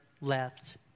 left